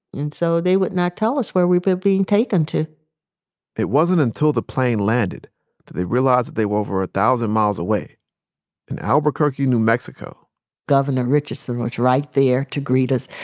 and so they would not tell us where we were being taken to it wasn't until the plane landed that they realized they were over a thousand miles away in albuquerque, new mexico governor richardson was right there to greet us.